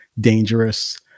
dangerous